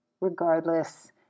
Regardless